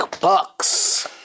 Bucks